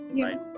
right